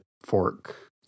fork